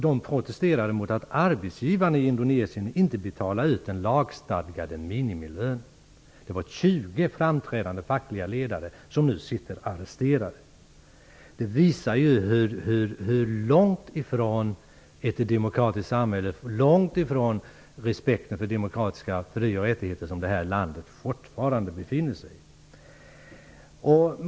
De protesterade också mot att arbetsgivarna i Indonesien inte betalade den lagstadgade minimilönen. Det är 20 framträdande fackliga ledare som nu sitter arresterade. Detta visar hur långt från ett demokratiskt samhälle och hur långt från respekt för demokratiska fri och rättigheter detta land fortfarande befinner sig.